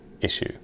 issue